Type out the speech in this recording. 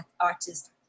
artists